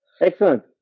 excellent